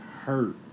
hurt